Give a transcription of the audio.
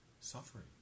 suffering